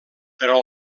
però